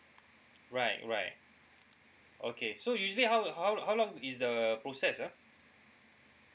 right right okay so usually how how how long is the process ah